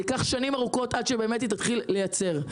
זה ייקח שנים ארוכות עד שבאמת היא תתחיל לייצר.